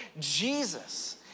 Jesus